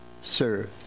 Serve